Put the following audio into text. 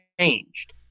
changed